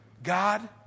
god